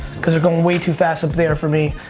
cause they're going way too fast up there for me.